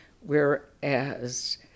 whereas